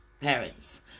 parents